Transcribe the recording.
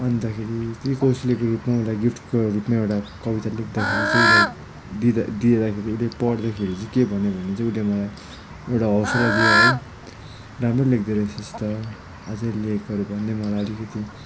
अन्तखेरि त्यही कोसेलीको रूपमा एउटा गिफ्टको रूपमा एउटा कविता लेख्दाखेरि चाहिँ उसलाई दिँदा दिँदाखेरि उसले पढ्दाखेरि चाहिँ के भन्यो भने चाहिँ उसले मलाई एउटा हौसला दियो है राम्रै लेख्दोरहेछस् त अझै लेखहरू भन्दै मलाई अलिकति